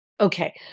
Okay